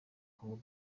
kongo